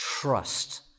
trust